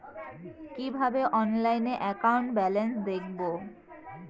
কিভাবে অনলাইনে account balance দেখবো?